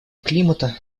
климата